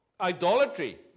Idolatry